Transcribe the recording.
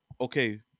Okay